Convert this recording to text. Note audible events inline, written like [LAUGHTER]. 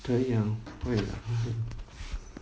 可以啊啦:ke yi ah lah [NOISE]